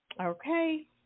Okay